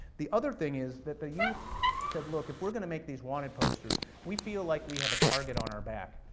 the other thing is that the youth said look, if we're gonna make these wanted posters, we feel like we have a target on our back,